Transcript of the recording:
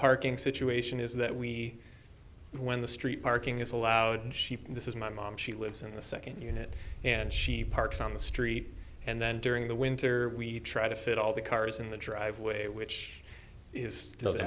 parking situation is that we when the street parking is allowed sheep this is my mom she lives in the second unit and she parks on the street and then during the winter we try to fit all the cars in the driveway which is still the